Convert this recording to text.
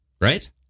right